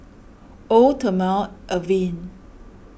Eau thermale Avene